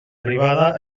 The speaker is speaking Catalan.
privada